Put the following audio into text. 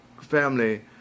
family